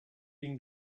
been